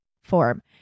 form